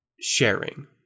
sharing